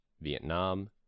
Vietnam